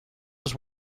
was